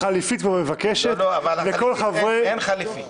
החליפית --- אין חליפית.